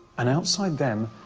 and, outside them,